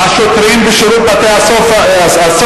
השוטרים בשירות בתי-הסוהר,